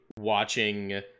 watching